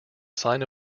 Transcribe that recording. sign